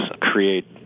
create